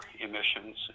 emissions